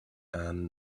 and